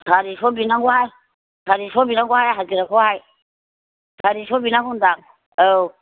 सारिस' बिनांगौहाय सारिस' बिनांगौहाय हाजिराखौहाय सारिस' बिनांगौ होन्दों आं औ